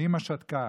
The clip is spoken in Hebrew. ואימא שתקה.